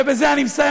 ובזה אני מסיים,